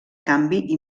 canvi